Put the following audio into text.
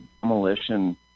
demolition